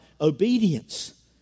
obedience